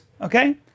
okay